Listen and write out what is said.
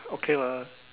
okay mah